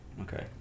Okay